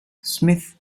smith